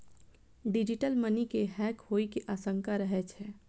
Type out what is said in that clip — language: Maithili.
डिजिटल मनी के हैक होइ के आशंका रहै छै